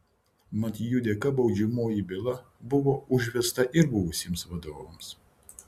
mat jų dėka baudžiamoji byla buvo užvesta ir buvusiems vadovams